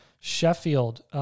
Sheffield